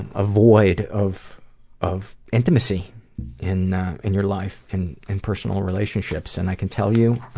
and ah void of of intimacy in in your life. in in personal relationships, and i can tell you,